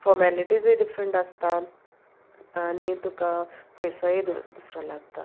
formalities different आसता आनी तुका पयसोय दुसरो लागता